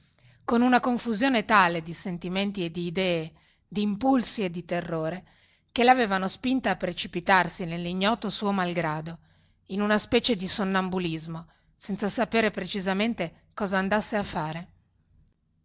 con una confusione tale di sentimenti e di idee di impulsi e di terrore che lavevano spinta a precipitarsi nellignoto suo malgrado in una specie di sonnambulismo senza sapere precisamente cosa andasse a fare